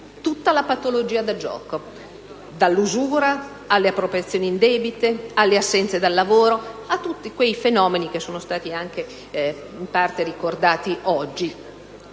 tutta la patologia del gioco, dall'usura alle appropriazioni indebite alle assenze dal lavoro a tutti quei fenomeni che sono stati anche in parte ricordati oggi